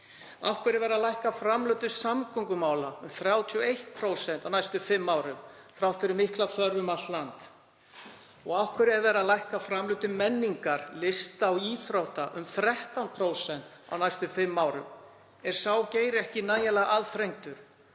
hverju er verið að lækka framlög til samgöngumála um 31% á næstu fimm árum þrátt fyrir mikla þörf um allt land? Af hverju er verið að lækka framlög til menningar, lista og íþrótta um 13% á næstu fimm árum? Er sá geiri ekki nægjanlega aðþrengdur?